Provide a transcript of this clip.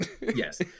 Yes